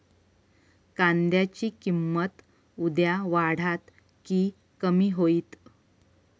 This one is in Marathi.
कांद्याची किंमत उद्या वाढात की कमी होईत?